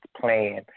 plan